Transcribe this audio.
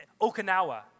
Okinawa